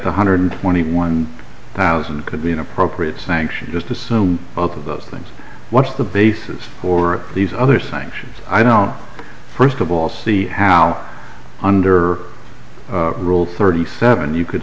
one hundred twenty one thousand could be an appropriate sanction just assume both of those things what's the basis for these other sanctions i don't first of all see how under rule thirty seven you could